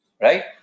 Right